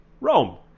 Rome